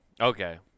Okay